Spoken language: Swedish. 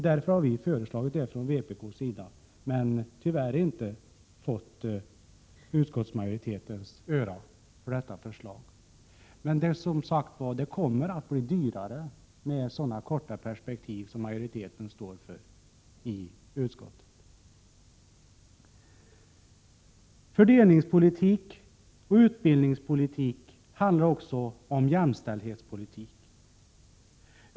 Därför har vi från vpk:s sida föreslagit detta, men tyvärr inte fått utskottsmajoritetens öra för vårt förslag. Det kommer att bli dyrare med de korta perspektiv som majoriteten i utskottet står för. Fördelningspolitik och utbildningspolitik handlar också om jämställdhetspolitik.